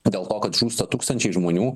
dėl to kad žūsta tūkstančiai žmonių